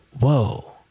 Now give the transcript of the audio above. whoa